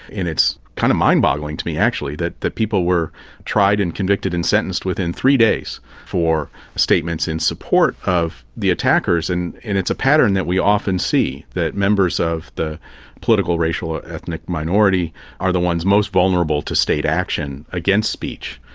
it's kind of mind-boggling to me actually that that people were tried and convicted and sentenced within three days for statements in support of the attackers. and it's a pattern that we often see, that members of the political, racial or ethnic minority are the ones most vulnerable to state action against speech,